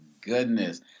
goodness